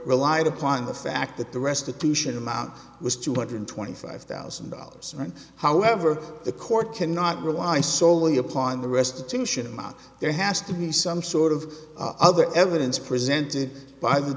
relied upon the fact that the restitution amount was two hundred twenty five thousand dollars right however the court cannot rely solely upon the restitution there has to be some sort of other evidence presented